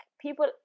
people